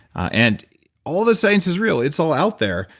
and all the science is real, it's all out there.